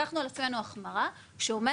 לקחנו על עצמנו החמרה שאומרת,